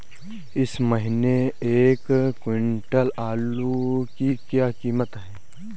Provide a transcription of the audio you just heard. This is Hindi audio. इस महीने एक क्विंटल आलू की क्या कीमत है?